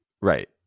right